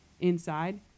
inside